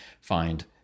find